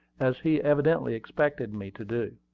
as he evidently expected me to do.